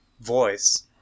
voice